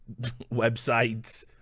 websites